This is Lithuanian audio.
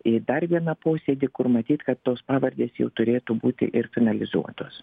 į dar vieną posėdį kur matyt kad tos pavardės jau turėtų būti ir finalizuotos